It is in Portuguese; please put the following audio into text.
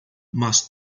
mas